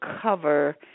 cover